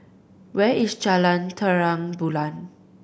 where is Jalan Terang Bulan